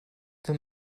wenn